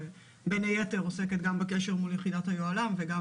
בין היתר גם עוסקת בקשר מול יחידת היוהל"ם וגם